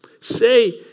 Say